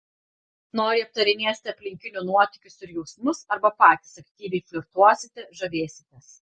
noriai aptarinėsite aplinkinių nuotykius ir jausmus arba patys aktyviai flirtuosite žavėsitės